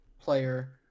player